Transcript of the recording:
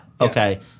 Okay